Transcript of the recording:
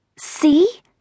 See